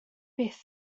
beth